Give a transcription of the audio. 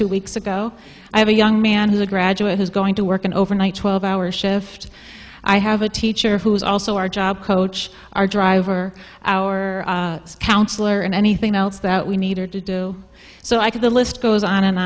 two weeks ago i have a young man who's a graduate who's going to work an overnight twelve hour shift i have a teacher who is also our job coach our driver our counselor and anything else that we needed to do so i could the list goes on